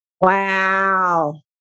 Wow